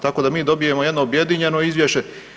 Tako da mi dobijemo jedno objedinjeno izvješće.